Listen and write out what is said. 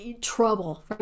trouble